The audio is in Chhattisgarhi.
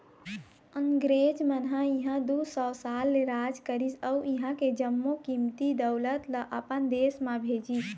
अंगरेज मन ह इहां दू सौ साल ले राज करिस अउ इहां के जम्मो कीमती दउलत ल अपन देश म भेजिस